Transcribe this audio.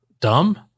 Dumb